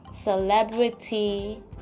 celebrity